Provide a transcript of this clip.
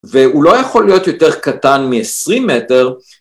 והוא לא יכול להיות יותר קטן מ-20 מטר,